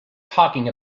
talking